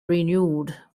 renewed